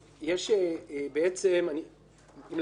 לא אסביר